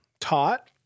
taught